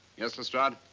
yes, lestrade.